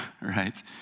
right